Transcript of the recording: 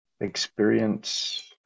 experience